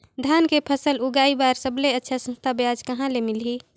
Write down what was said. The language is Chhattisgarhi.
धान के फसल उगाई बार सबले अच्छा सस्ता ब्याज कहा ले मिलही?